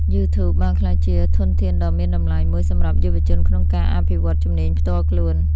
YouTube បានក្លាយជាធនធានដ៏មានតម្លៃមួយសម្រាប់យុវជនក្នុងការ អភិវឌ្ឍជំនាញផ្ទាល់ខ្លួន។